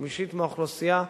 חמישית מהאוכלוסייה,